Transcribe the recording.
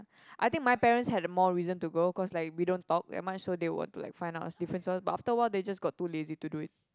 I think my parents had a more reason to go cause like we don't talk that much so they want to like find out what's the difference but after a while they just got too lazy to do it